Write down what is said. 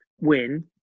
win